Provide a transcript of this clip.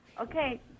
Okay